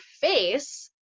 face